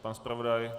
Pan zpravodaj?